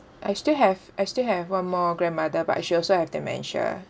I still have I still have one more grandmother but she also have dementia